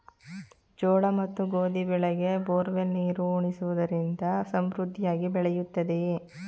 ಜೋಳ ಮತ್ತು ಗೋಧಿ ಬೆಳೆಗೆ ಬೋರ್ವೆಲ್ ನೀರು ಉಣಿಸುವುದರಿಂದ ಸಮೃದ್ಧಿಯಾಗಿ ಬೆಳೆಯುತ್ತದೆಯೇ?